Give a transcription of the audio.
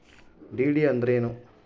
DD ಅಂದ್ರೇನು?